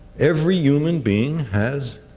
every human being has